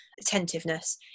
attentiveness